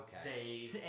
okay